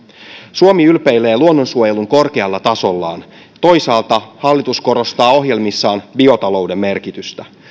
suomi ylpeilee luonnonsuojelunsa korkealla tasolla toisaalta hallitus korostaa ohjelmissaan biotalouden merkitystä